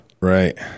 Right